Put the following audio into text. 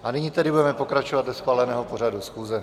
A nyní tedy budeme pokračovat dle schváleného pořadu schůze.